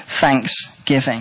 thanksgiving